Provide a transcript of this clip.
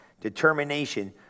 determination